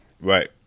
Right